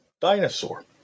dinosaur